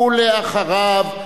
ואחריו,